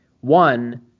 one